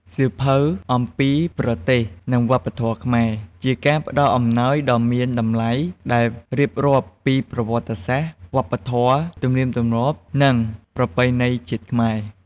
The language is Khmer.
សៀវភៅអំពីប្រទេស និងវប្បធម៌ខ្មែរ ជាការផ្តល់អំណោយដ៏មានតម្លៃ ដែលរៀបរាប់ពីប្រវត្តិសាស្ត្រ វប្បធម៌ ទំនៀមទម្លាប់ និងប្រពៃណីជាតិខ្មែរ។